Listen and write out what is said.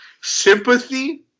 Sympathy